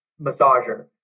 massager